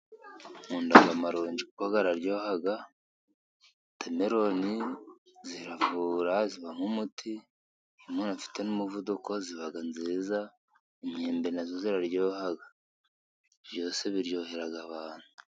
Nkunda akamaronji kuko araryoha, wotameloni ziravura ziba nk'umuti. Iyo umuntu afite nk'umuvuduko ziba nziza. Imyembe na zo ziraryoha byose biryohera abantu.